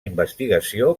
investigació